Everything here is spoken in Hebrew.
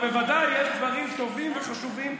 בוודאי יש דברים טובים וחשובים,